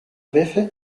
vefe